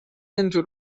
into